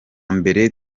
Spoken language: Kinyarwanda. mbere